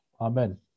amen